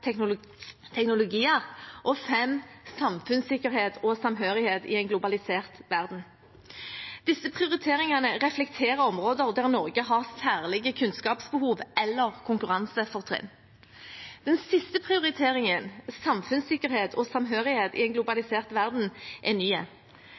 teknologier samfunnssikkerhet og samhørighet i en globalisert verden Disse prioriteringene reflekterer områder der Norge har særlige kunnskapsbehov eller konkurransefortrinn. Den siste prioriteringen – samfunnssikkerhet og samhørighet i en